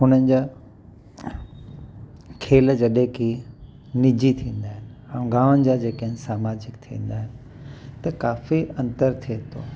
हुननि जा खेल जॾहिं की निजी थींदा आहिनि ऐं गामनि जा जेके आहिनि सामाजिक थींदा आहिनि त काफ़ी अंतर थिए थो